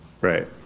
Right